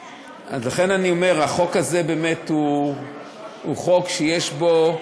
לכן אני אומר, החוק הזה הוא באמת חוק שיש בו,